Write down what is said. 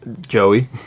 Joey